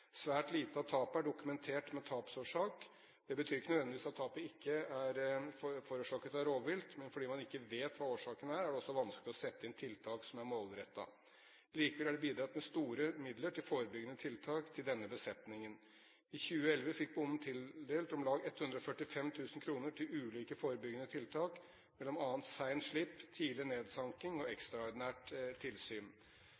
Svært lite av tapet er dokumentert med tapsårsak. Det betyr ikke nødvendigvis at tapet ikke er forårsaket av rovvilt, men fordi man ikke vet hva årsaken er, er det også vanskelig å sette inn tiltak som er målrettede. Likevel er det bidratt med store midler til forebyggende tiltak til denne besetningen. I 2011 fikk bonden tildelt om lag 145 000 kr til ulike forebyggende tiltak, m.a. sent slipp, tidlig nedsanking og